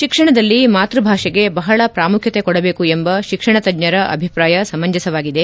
ಶಿಕ್ಷಣದಲ್ಲಿ ಮಾತೃ ಭಾಷೆಗೆ ಬಹಳ ಪ್ರಾಮುಖ್ಯತೆ ಕೊಡಬೇಕು ಎಂಬ ಶಿಕ್ಷಣ ತಜ್ಞರ ಅಭಿಪ್ರಾಯ ಸಮಂಜಸವಾಗಿದೆ